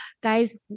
guys